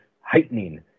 heightening